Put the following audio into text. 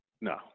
No